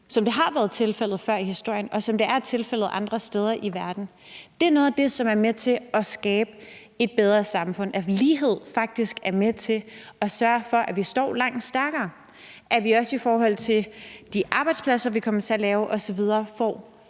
som det har været tilfældet før i historien, og som det er tilfældet andre steder i verden, er noget af det, som er med til at skabe et bedre samfund. Lighed er faktisk med til at sørge for, at vi står langt stærkere, og at vi også i forhold til de arbejdspladser, vi kommer til at lave osv., får